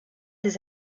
des